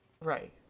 Right